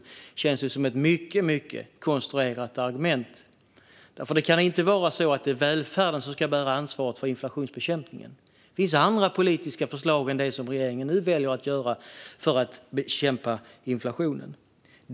Det känns som ett mycket konstruerat argument, för det kan inte vara så att det är välfärden som ska bära ansvaret för inflationsbekämpningen. Det finns andra politiska förslag än det som regeringen nu väljer att genomföra för att bekämpa inflationen.